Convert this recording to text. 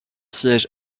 siège